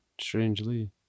strangely